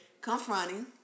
confronting